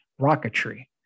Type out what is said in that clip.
rocketry